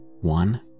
One